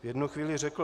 V jednu chvíli řekl: